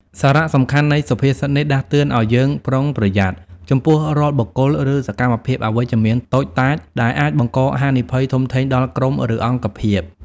សារៈសំខាន់នៃសុភាសិតនេះដាស់តឿនឲ្យយើង ប្រុងប្រយ័ត្ន ចំពោះរាល់បុគ្គល ឬសកម្មភាពអវិជ្ជមានតូចតាច ដែលអាចបង្កហានិភ័យធំធេងដល់ក្រុម ឬអង្គភាព។